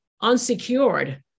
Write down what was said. unsecured